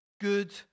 Good